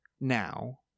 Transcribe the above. now